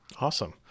Awesome